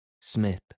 Smith